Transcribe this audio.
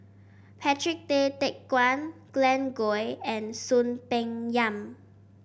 Patrick Tay Teck Guan Glen Goei and Soon Peng Yam